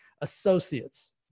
associates